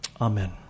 Amen